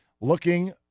looking